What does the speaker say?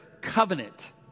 covenant